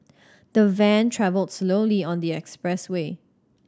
the van travelled slowly on the expressway